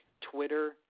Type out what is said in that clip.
Twitter